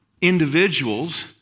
individuals